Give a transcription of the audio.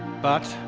but,